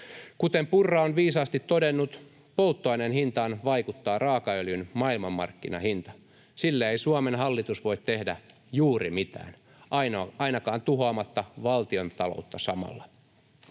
Kuten Purra on viisaasti todennut, polttoaineen hintaan vaikuttaa raakaöljyn maailmanmarkkinahinta. Sille ei Suomen hallitus voi tehdä juuri mitään, ainakaan tuhoamatta valtiontaloutta samalla.